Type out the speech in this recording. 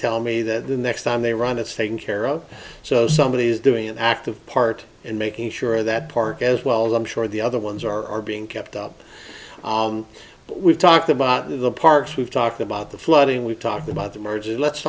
tell me that the next time they run it's taken care of so somebody is doing an active part in making sure that park as well as i'm sure the other ones are are being kept up we've talked about the parks we've talked about the flooding we talked about the